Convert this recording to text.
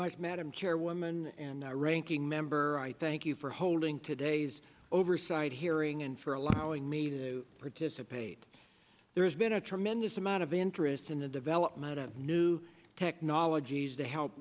much madam chairwoman and ranking member i thank you for holding today's oversight hearing and for allowing me to participate there's been a tremendous amount of interest in the development of new technologies to help